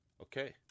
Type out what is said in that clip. Okay